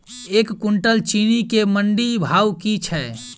एक कुनटल चीनी केँ मंडी भाउ की छै?